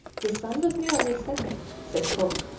the sun was nearly setting, says huc,